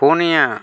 ᱯᱩᱱᱤᱭᱟᱹ